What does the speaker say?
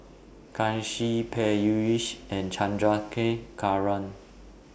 Kanshi Peyush and Chandrasekaran